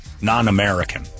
non-American